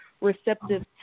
receptive